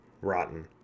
Rotten